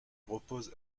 repose